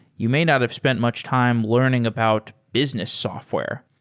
you may not have spent much time learning about business software.